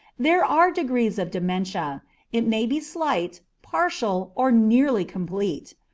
there are degrees of dementia it may be slight, partial, or nearly complete.